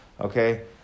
Okay